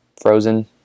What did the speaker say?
frozen